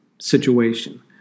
situation